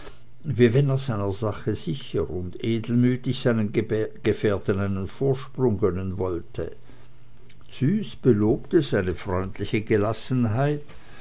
wie wenn er seiner sache sicher und edelmütig seinen gefährten einen vorsprung gönnen wollte züs belobte seine freundliche gelassenheit